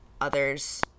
others